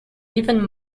even